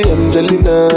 Angelina